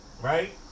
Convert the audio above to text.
right